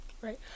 Right